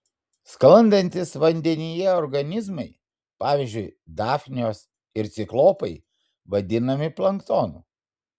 sklandantys vandenyje organizmai pavyzdžiui dafnijos ir ciklopai vadinami planktonu